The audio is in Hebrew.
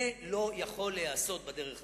זה לא יכול להיעשות בדרך הזאת.